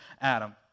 Adam